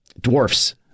dwarfs